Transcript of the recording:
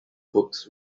books